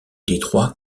détroit